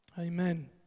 amen